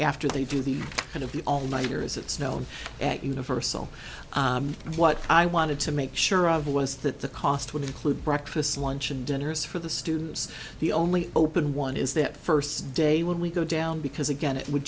after they do the kind of the all nighter as it's known at universal and what i wanted to make sure of was that the cost would include breakfast lunch and dinner is for the students the only open one is that first day when we go down because again it would